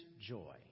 joy